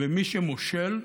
ומי שמושל,